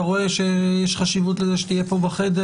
אתה רואה שיש חשיבות לזה שתהיה פה בחדר?